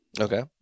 Okay